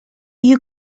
you